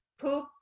poop